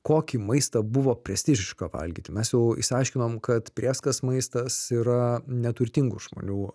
kokį maistą buvo prestižiška valgyti mes jau išsiaiškinom kad prėskas maistas yra neturtingų žmonių